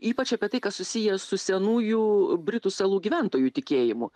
ypač apie tai kas susiję su senųjų britų salų gyventojų tikėjimu